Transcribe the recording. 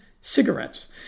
cigarettes